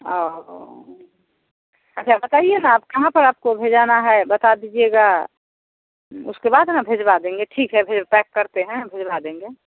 औ अच्छा बताइए न आप कहाँ पर आपको भेजाना है बता दीजिएगा उसके बाद हम भिजवा देंगे ठीक है फिर पैक करते हैं भिजवा देंगे